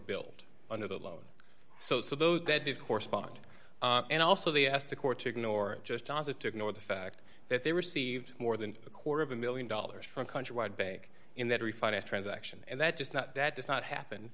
built under the loan so those that did correspond and also they asked the court to ignore it just cause it to ignore the fact that they received more than a quarter of a one million dollars from countrywide bank in that refinance transaction and that just that that does not happen